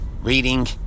reading